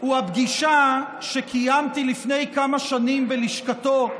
הוא הפגישה שקיימתי לפני כמה שנים בלשכתו,